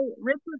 Richard